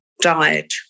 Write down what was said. died